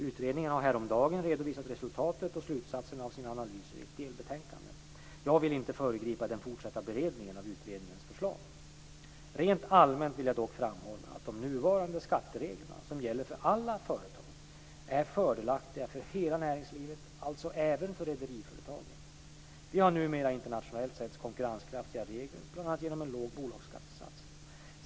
Utredningen har häromdagen redovisat resultatet och slutsatserna av sina analyser i ett delbetänkande. Jag vill inte föregripa den fortsatta beredningen av utredningens förslag. Rent allmänt vill jag dock framhålla att de nuvarande skattereglerna, som gäller för alla företag, är fördelaktiga för hela näringslivet, alltså även för rederiföretagen. Vi har numera internationellt sett konkurrenskraftiga regler, bl.a. genom en låg bolagsskattesats.